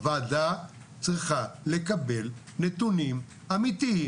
הוועדה צריכה לקבל נתונים אמיתיים,